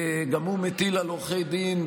גם הוא מטיל על עורכי הדין,